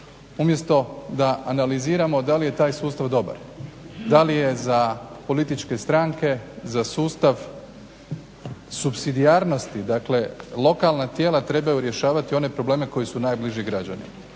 umjesto da analiziramo da li je taj sustav dobar, da li je za političke stranke, za sustav supsidijarnosti. Dakle, lokalna tijela trebaju rješavati one probleme koji su najbliži građanima.